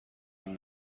این